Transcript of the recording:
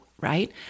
Right